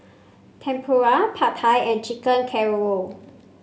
Tempura Pad Thai and Chicken Casserole